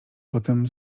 potem